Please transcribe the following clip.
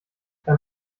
beim